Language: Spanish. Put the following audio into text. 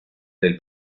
del